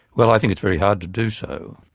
well i think it's very hard to do so.